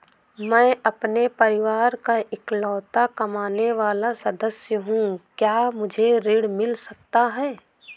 मैं अपने परिवार का इकलौता कमाने वाला सदस्य हूँ क्या मुझे ऋण मिल सकता है?